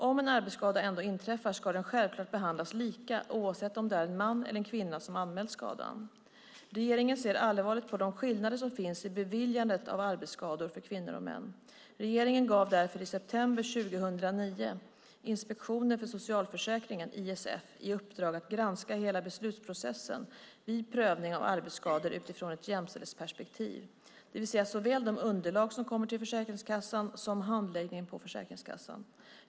Om en arbetsskada ändå inträffar ska den självklart behandlas lika oavsett om det är en man eller kvinna som anmält skadan. Regeringen ser allvarligt på de skillnader som finns i beviljandet av arbetsskador för kvinnor och män. Regeringen gav därför i september 2009 Inspektionen för socialförsäkringen i uppdrag att granska hela beslutsprocessen vid prövning av arbetsskador utifrån ett jämställdhetsperspektiv, det vill säga såväl de underlag som kommer till Försäkringskassan som handläggningen på Försäkringskassan.